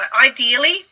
Ideally